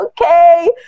Okay